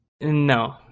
No